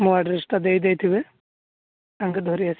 ମୋ ଆଡ୍ରେସ୍ ଟା ଦେଇ ଦେଇଥିବେ ତାଙ୍କେ ଧରି ଆସିବେ